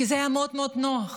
כי זה היה מאוד מאוד נוח